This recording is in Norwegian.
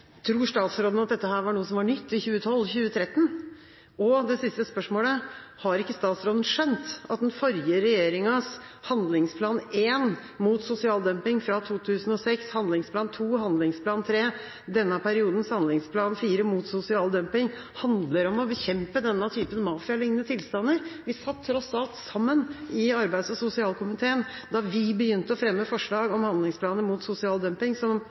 Tror statsråden dette var noe som var nytt i 2012–2013? Det siste spørsmålet: Har ikke statsråden skjønt at den forrige regjeringas handlingsplan 1 mot sosial dumping fra 2006, handlingsplan 2 og handlingsplan 3 og denne periodens handlingsplan 4 mot sosial dumping handler om å bekjempe denne typen mafialignende tilstander? Vi satt tross alt sammen i arbeids- og sosialkomiteen da vi begynte å fremme forslag om handlingsplaner mot sosial dumping,